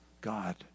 God